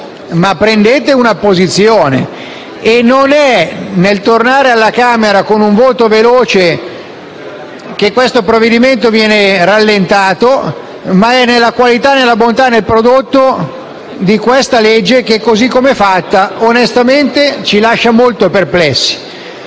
ma prendete una posizione. Il problema non è nel tornare alla Camera con un voto veloce che questo provvedimento viene rallentato, ma è la qualità, la bontà, di questa legge che, così come è fatta, onestamente ci lascia molti perplessi.